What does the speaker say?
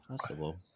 possible